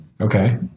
Okay